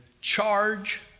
charge